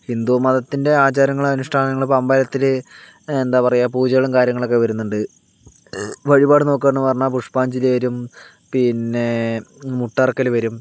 ഹിന്ദു മതത്തിന്റെ ആചാരങ്ങള് അനുഷ്ഠാനങ്ങൾ ഇപ്പോ അമ്പലത്തില് എന്താ പറയുക പൂജകളും കാര്യങ്ങളൊക്കെ വരുന്നുണ്ട് വഴിപാട് നോക്കാന്ന് പറഞ്ഞ് കഴിഞ്ഞാ പുഷ്പാഞ്ജലി വരും പിന്നെ മുട്ടറക്കല് വരും